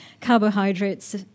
carbohydrates